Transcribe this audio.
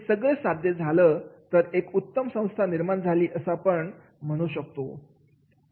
हे सगळं साध्य झालं तर एक उत्तम संस्था निर्माण झाली अस आपण म्हणू शकतो